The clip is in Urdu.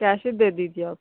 کیش ہی دے دیجیے آپ